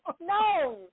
No